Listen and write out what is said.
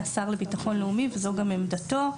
לביטחון לאומי וזו גם עמדתו.